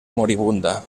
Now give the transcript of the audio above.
moribunda